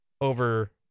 over